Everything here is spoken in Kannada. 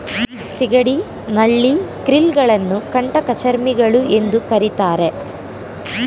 ಸಿಗಡಿ, ನಳ್ಳಿ, ಕ್ರಿಲ್ ಗಳನ್ನು ಕಂಟಕಚರ್ಮಿಗಳು ಎಂದು ಕರಿತಾರೆ